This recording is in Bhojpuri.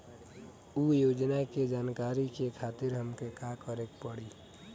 उ योजना के जानकारी के खातिर हमके का करे के पड़ी?